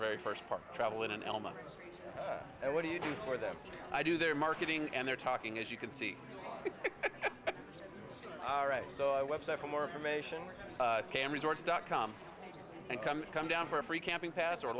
very first part travel in an element and what do you do for them i do their marketing and their talking as you can see all right so i website for more information cam resorts dot com and come come down for free camping pass